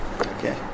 Okay